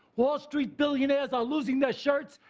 wall street billionaires are losing their shirts.